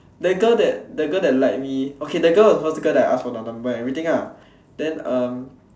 that girl that the girl that like me okay that girl was the first girl that I asked for the number and everything ah then um